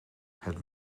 het